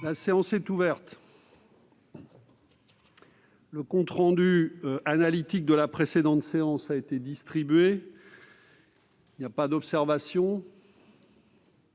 La séance est ouverte. Le compte rendu analytique de la précédente séance a été distribué. Il n'y a pas d'observation